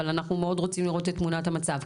אבל אנחנו מאוד רוצים לראות את תמונת המצב,